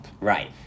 Right